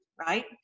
right